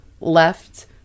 left